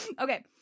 Okay